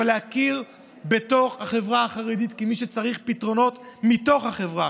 ולהכיר בחברה החרדית כמי שצריכה פתרונות מתוך החברה,